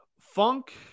funk